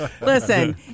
Listen